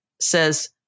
says